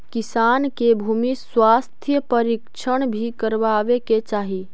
किसान के भूमि स्वास्थ्य परीक्षण भी करवावे के चाहि